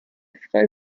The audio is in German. frei